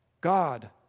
God